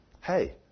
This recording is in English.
Hey